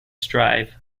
strive